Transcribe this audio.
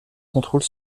contrôle